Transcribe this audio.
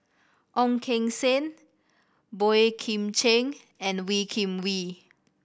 Ong Keng Sen Boey Kim Cheng and Wee Kim Wee